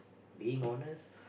being honest